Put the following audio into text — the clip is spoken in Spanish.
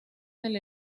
del